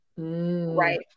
Right